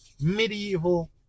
medieval